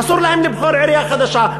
אסור להם לבחור עירייה חדשה.